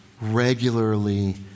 regularly